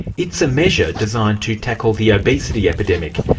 it's a measure designed to tackle the obesity epidemic,